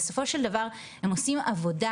בסופו של דבר הם עושים עבודה,